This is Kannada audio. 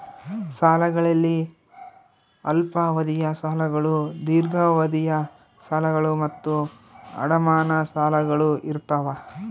ಸಾಲಗಳಲ್ಲಿ ಅಲ್ಪಾವಧಿಯ ಸಾಲಗಳು ದೀರ್ಘಾವಧಿಯ ಸಾಲಗಳು ಮತ್ತು ಅಡಮಾನ ಸಾಲಗಳು ಇರ್ತಾವ